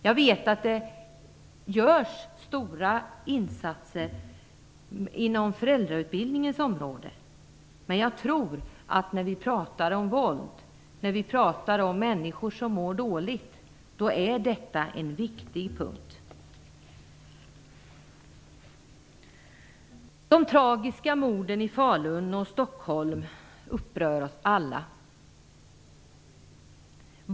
Jag vet att det görs stora insatser på föräldrautbildningens område; jag tror att detta är en viktig punkt när vi pratar om våld och när vi pratar om människor som mår dåligt. De tragiska morden i Falun och Stockholm upprör oss alla.